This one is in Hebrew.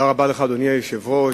אדוני היושב-ראש,